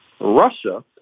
Russia